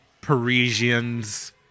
Parisians